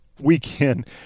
weekend